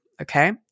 okay